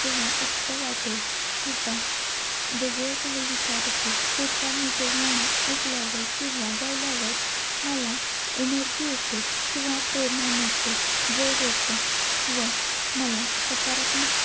जेव्हा एकटं वाटेल किंवा वेगळे काही विचार येते तेव्हा मी ते गाणं ऐकल्यावर किंवा गायल्यावर मला एनर्जी येते किंवा प्रेरणा मिळते जोश येतो व मला सकारात्मक